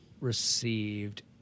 received